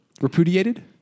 Repudiated